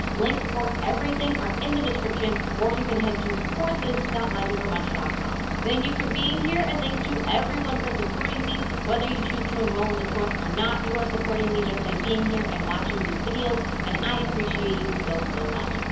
links for everything are in the description or you can head to courses mindovermunch com. thank you for being here and thanks to everyone for supporting me whether you choose to enroll in the course or not. you are supporting me just by being here and watching these videos. and i appreciate you so, so much.